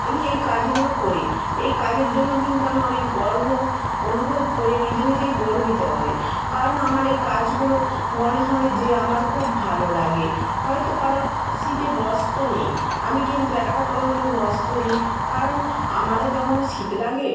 আমি এই কাজগুলো করি এই কাজের জন্য আমি কিন্তু অনেক গর্ব অনুভব করি নিজে নিজেই গর্বিত হই কারণ আমার এই কাজগুলো মনে হয় যে আমার খুব ভালো লাগে হয়তো কারো শীতে বস্ত্র নেই আমি কিন্তু একটা করে হলেও বস্ত্র দিই কারণ আমারও যেমন শীত লাগে